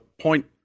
point